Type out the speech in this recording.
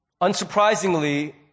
Unsurprisingly